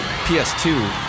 PS2